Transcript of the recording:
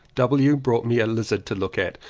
w. brought me a lizard to look at,